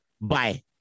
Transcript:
Bye